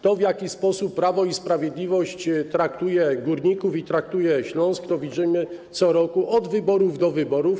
To, w jaki sposób Prawo i Sprawiedliwość traktuje górników i traktuje Śląsk, to widzimy co roku, od wyborów do wyborów.